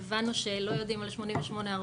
הבנו שלא יודעים על 8840,